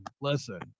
listen